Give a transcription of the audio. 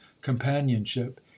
companionship